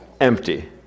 empty